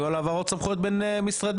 כאן היו על העברות סמכויות בין משרדים.